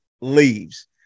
leaves